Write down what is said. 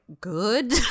good